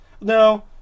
no